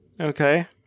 Okay